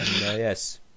yes